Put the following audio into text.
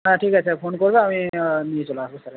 হ্যাঁ ঠিক আছে ফোন করবে আমি নিয়ে চলে আসবো স্যারের বাড়িতে